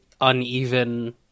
uneven